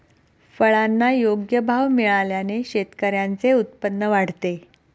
फळांना योग्य भाव मिळाल्याने शेतकऱ्यांचे उत्पन्न वाढते